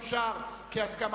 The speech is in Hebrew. נתקבל.